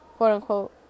quote-unquote